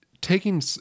taking